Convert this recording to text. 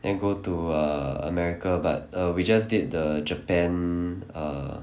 then go to uh america but uh we just did the japan err